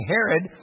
Herod